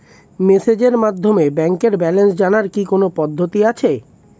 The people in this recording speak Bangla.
মেসেজের মাধ্যমে ব্যাংকের ব্যালেন্স জানার কি কোন পদ্ধতি আছে?